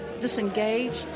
disengaged